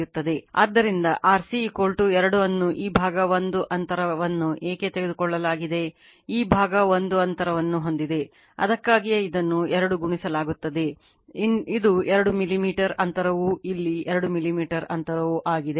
ಆದ್ದರಿಂದ RC 2 ಅನ್ನು ಈ ಭಾಗ 1 ಅಂತರವನ್ನು ಏಕೆ ತೆಗೆದುಕೊಳ್ಳಲಾಗಿದೆ ಈ ಭಾಗವು 1 ಅಂತರವನ್ನು ಹೊಂದಿದೆ ಅದಕ್ಕಾಗಿಯೇ ಇದನ್ನು 2 ಗುಣಿಸಲಾಗುತ್ತದೆ ಇದು 2 ಮಿಲಿಮೀಟರ್ ಅಂತರವೂ ಇಲ್ಲಿ 2 ಮಿಲಿಮೀಟರ್ ಅಂತರವೂ ಆಗಿದೆ